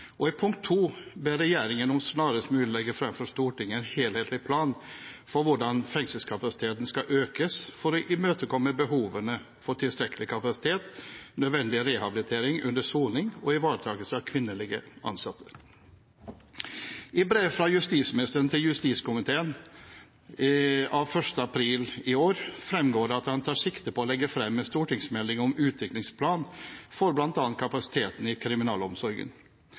og Vestlandet, og i punkt 2 ber regjeringen om snarest mulig å legge fram for Stortinget en helhetlig plan for hvordan fengselskapasiteten skal økes for å imøtekomme behovene for tilstrekkelig kapasitet, nødvendig rehabilitering under soning og ivaretakelse av kvinnelige ansatte. I brev fra justisministeren til justiskomiteen av 1. april i år fremgår det at han tar sikte på å legge frem en stortingsmelding om utviklingsplan for bl.a. kapasiteten i kriminalomsorgen.